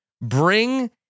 bring